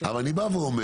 אבל אני בא ואומר,